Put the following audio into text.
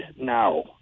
now